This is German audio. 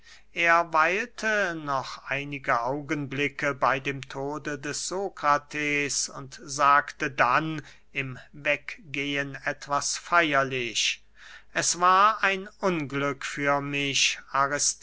er weilte noch einige augenblicke bey dem tode des sokrates und sagte dann im weggehen etwas feierlich es war ein unglück für mich